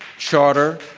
charter,